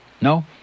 No